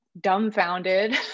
dumbfounded